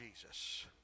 Jesus